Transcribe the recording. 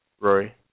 Rory